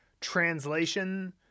translation